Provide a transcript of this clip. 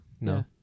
No